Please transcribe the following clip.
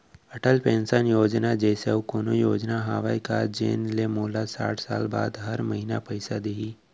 Atal pension योजना जइसे अऊ कोनो योजना हावे का जेन ले मोला साठ साल बाद हर महीना पइसा दिही?